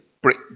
brick